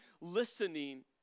listening